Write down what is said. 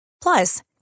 Plus